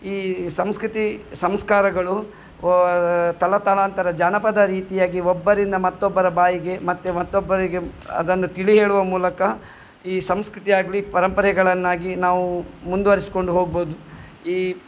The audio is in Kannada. ಈ ಸಂಸ್ಕೃತಿ ಸಂಸ್ಕಾರಗಳು ತಲ ತಲಾಂತರ ಜಾನಪದ ರೀತಿಯಾಗಿ ಒಬ್ಬರಿಂದ ಮತ್ತೊಬ್ಬರ ಬಾಯಿಗೆ ಮತ್ತೆ ಮತ್ತೊಬ್ಬರಿಗೆ ಅದನ್ನು ತಿಳಿ ಹೇಳುವ ಮೂಲಕ ಈ ಸಂಸ್ಕೃತಿ ಆಗಲಿ ಪರಂಪರೆಗಳನ್ನಾಗಿ ನಾವು ಮುಂದುವರ್ಸ್ಕೊಂಡು ಹೋಗ್ಬೋದು ಈ